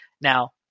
Now